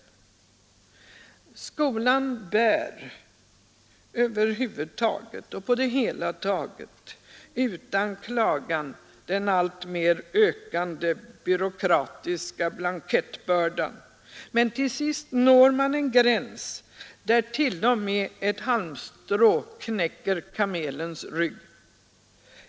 Skolan bär på det hela taget utan klagan den alltmer ökande byråkratiska blankettbördan, men till slut når man en gräns där t.o.m. ett halmstrå knäcker kamelens rygg.